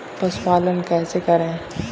पशुपालन कैसे करें?